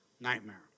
Nightmare